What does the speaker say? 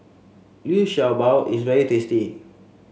Liu Sha Bao is very tasty